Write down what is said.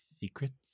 secrets